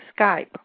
Skype